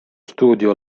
studio